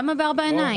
למה בארבע עיניים?